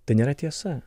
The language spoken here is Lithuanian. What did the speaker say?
tai nėra tiesa